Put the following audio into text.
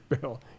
bill